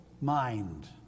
mind